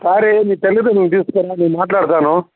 ఒకసారి మీ తల్లిదండ్రులణు తీసుకురా నేను మాట్లాడుతాను